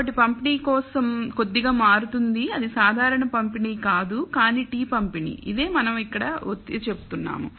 కాబట్టి పంపిణీ కొద్దిగా మారుతుంది అది సాధారణ పంపిణీ కాదు కానీ t పంపిణీ ఇదే మనం ఎక్కడ ఒత్తి చెప్తున్నాము